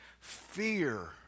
fear